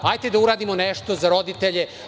Hajde da uradimo nešto za roditelje.